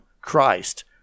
Christ